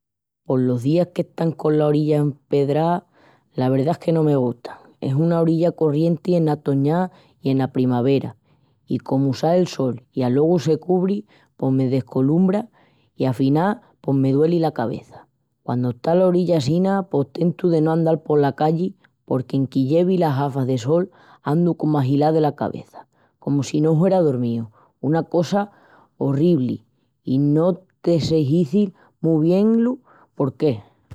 Pos los días qu'están cola orilla empedrá... la verdá es que no me gustan. Es una orilla corrienti ena toñá i ena primavera i comu sal el sol i alogu se cubri pos me descolumbra i afinal pos me dueli la cabeça. Quandu está la orilla assina pos tentu de no andal pola calli porque, enque llevi las gafas de sol, andu comu ahilá dela cabeça, comu si no huera dormíu, una cosa orribli i no te sé izil mu bien lu por qué.